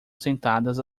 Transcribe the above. sentadas